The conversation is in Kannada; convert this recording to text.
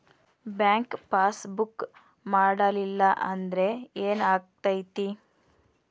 ಬ್ಯಾಂಕ್ ಪಾಸ್ ಬುಕ್ ಮಾಡಲಿಲ್ಲ ಅಂದ್ರೆ ಏನ್ ಆಗ್ತೈತಿ?